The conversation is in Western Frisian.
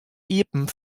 iepen